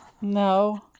No